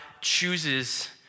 chooses